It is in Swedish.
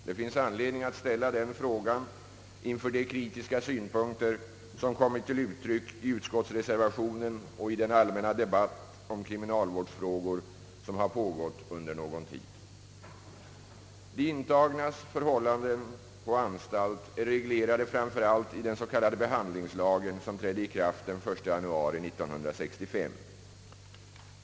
Det finns anledning ställa den frågan inför de kritiska synpunkter, som kommit till uttryck i utskottsreservationen, och i den allmänna debatt om kriminalvårdsfrågor, som har pågått under någon tid. De intagnas förhållanden på anstalt är reglerade framför allt i den s.k. behandlingslagen som trädde i kraft den 1 januari 1965.